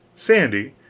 sandy,